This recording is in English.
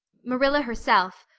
marilla herself,